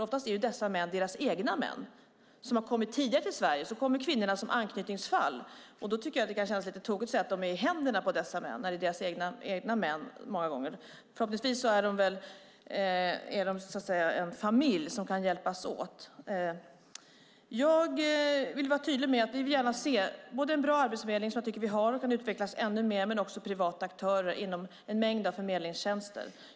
Ofta är "dessa män" deras egna män, som har kommit tidigare till Sverige. Sedan kommer kvinnorna som anknytningsfall. Det är lite konstigt att säga att de är i händerna på dessa män när det många gånger är deras egna män det handlar om. Förhoppningsvis är de en familj som kan hjälpas åt. Jag vill vara tydlig med att vi gärna vill se både en bra arbetsförmedling - som jag tycker att vi har, och den utvecklas ännu mer - och privata aktörer inom en mängd förmedlingstjänster.